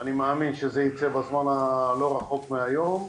אני מאמין שזה יקרה בזמן הלא רחוק מהיום,